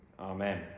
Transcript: Amen